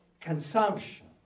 consumption